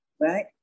right